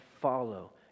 follow